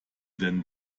denn